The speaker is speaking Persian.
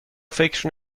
فکر